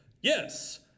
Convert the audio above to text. Yes